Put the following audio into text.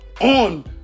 on